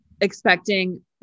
expecting